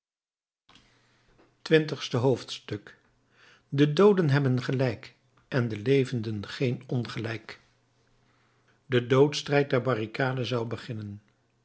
twintigste hoofdstuk de dooden hebben gelijk en de levenden geen ongelijk de doodsstrijd der barricade zou beginnen